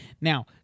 Now